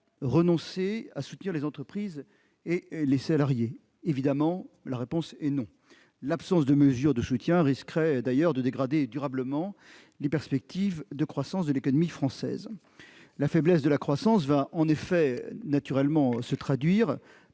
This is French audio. renonce à soutenir les entreprises et les salariés ? Évidemment non ! L'absence de mesures de soutien risquerait d'ailleurs de dégrader durablement les perspectives de croissance de l'économie française. La faiblesse de la croissance va en effet se traduire